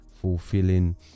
fulfilling